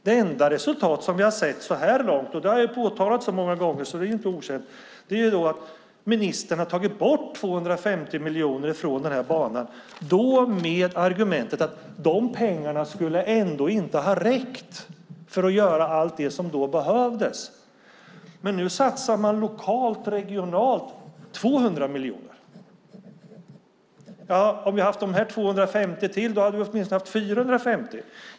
Det enda resultat vi har sett så här långt - och det har jag påtalat så många gånger att det inte är okänt - är att ministern har tagit bort 250 miljoner från banan med argumentet att pengarna ändå inte skulle ha räckt för att göra allt det som behövdes. Men nu satsar man 200 miljoner lokalt och regionalt. Om vi hade haft de 250 miljonerna till hade vi åtminstone haft 450 miljoner.